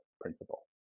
principle